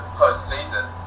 postseason